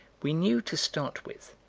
we knew, to start with,